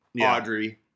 Audrey